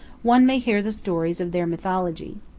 one may hear the stories of their mythology.